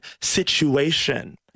situation